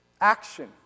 action